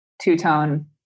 two-tone